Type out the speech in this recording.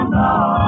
now